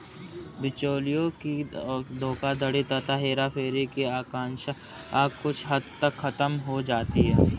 बिचौलियों की धोखाधड़ी तथा हेराफेरी की आशंका कुछ हद तक खत्म हो जाती है